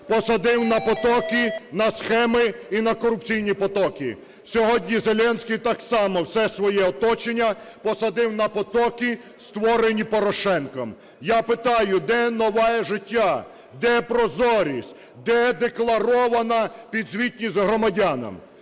посадив на потоки, на схеми і на корупційні потоки. Сьогодні Зеленський так само все своє оточення посадив на потоки, створені Порошенком. Я питаю, де нове життя, де прозорість, де декларована підзвітність громадянам?